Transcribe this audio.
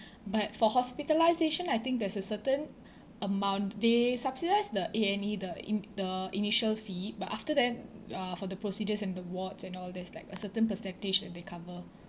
but for hospitalisation I think there's a certain amount they subsidise the A&E the in~ the initial fee but after that uh for the procedures and the wards and all that is like a certain percentage that they cover